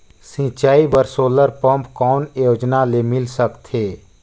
सिंचाई बर solar pump कौन योजना ले मिल सकथे?